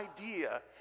idea